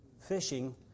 Fishing